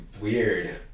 weird